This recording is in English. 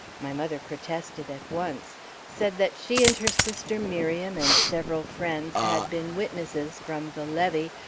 my mother protested, at once said that she and her sister miriam, and several friends, had been witnesses, from the levee,